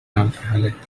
alcoholic